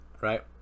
Right